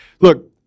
Look